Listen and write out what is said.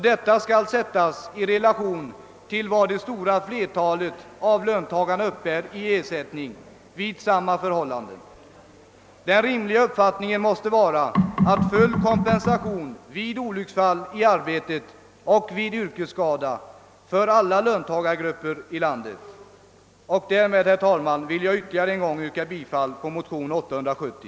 Detta skall sättas i relation till vad det stora flertalet Det måste anses vara rimligt att full ekonomisk kompensation skall utgå vid olycksfall i arbetet och vid yrkesskada för alla löntagargrupper i landet. Därmed, herr talman, vill jag än en gång yrka bifall till motionen i denna kammare nr 870.